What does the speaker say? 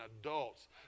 adults